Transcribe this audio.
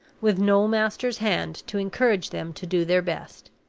with no master's hand to encourage them to do their best.